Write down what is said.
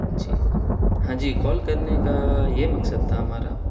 جی ہاں جی کال کرنے کا یہ مقصد تھا ہمارا